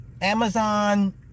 amazon